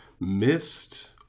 missed